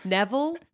Neville